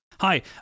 hi